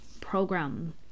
program